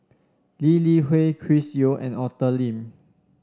Lee Li Hui Chris Yeo and Arthur Lim